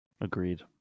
Agreed